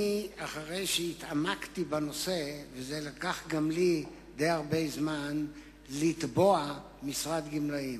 לקח גם לי די הרבה זמן לתבוע משרד גמלאים,